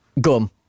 Gum